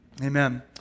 Amen